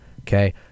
okay